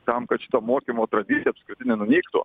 tam kad šito mokymo tradicija apskritai nenunyktų